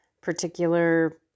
particular